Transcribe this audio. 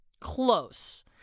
Close